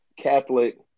Catholic –